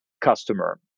customer